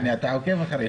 יעני, אתה עוקב אחריי.